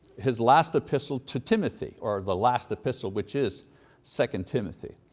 his last epistle to timothy or, the last epistle, which is second timothy.